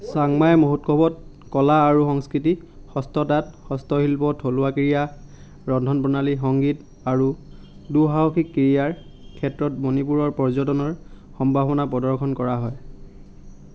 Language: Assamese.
চাংমাই মহোৎসৱত কলা আৰু সংস্কৃতি হস্ততাঁত হস্তশিল্প থলুৱা ক্ৰীড়া ৰন্ধনপ্ৰণালী সংগীত আৰু দুঃসাহসিক ক্ৰীড়াৰ ক্ষেত্ৰত মণিপুৰৰ পৰ্যটনৰ সম্ভাৱনা প্ৰদৰ্শন কৰা হয়